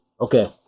Okay